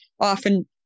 often